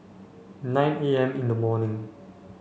nine A M in the morning